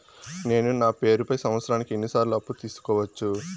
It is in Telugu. నేను నా పేరుపై సంవత్సరానికి ఎన్ని సార్లు అప్పు తీసుకోవచ్చు?